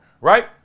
right